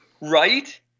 Right